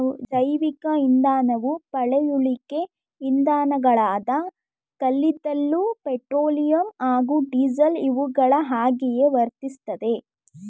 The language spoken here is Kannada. ಜೈವಿಕ ಇಂಧನವು ಪಳೆಯುಳಿಕೆ ಇಂಧನಗಳಾದ ಕಲ್ಲಿದ್ದಲು ಪೆಟ್ರೋಲಿಯಂ ಹಾಗೂ ಡೀಸೆಲ್ ಇವುಗಳ ಹಾಗೆಯೇ ವರ್ತಿಸ್ತದೆ